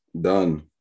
Done